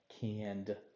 canned